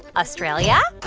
australia?